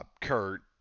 Kurt